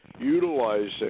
utilizing